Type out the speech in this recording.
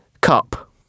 cup